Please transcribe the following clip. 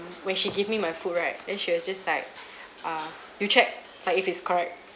when she give me my food right then she was just like err you check like if it's correct